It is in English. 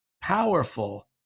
powerful